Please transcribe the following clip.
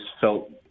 felt